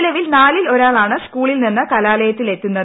നിലവിൽ നാലിൽ ഒരാളാണ് സ്കൂളിൽ നിന്ന് കലാലയത്തിലെത്തുന്നത്